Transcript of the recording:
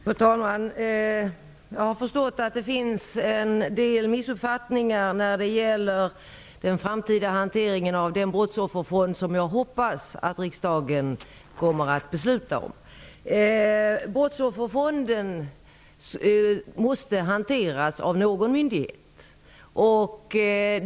Fru talman! Jag har förstått att det finns en del missuppfattningar när det gäller den framtida hanteringen av den brottsofferfond som jag hoppas att riksdagen kommer att besluta om. Brottsofferfonden måste hanteras av någon myndighet.